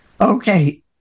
Okay